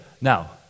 Now